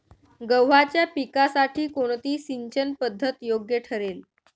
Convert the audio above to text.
गव्हाच्या पिकासाठी कोणती सिंचन पद्धत योग्य ठरेल?